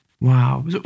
Wow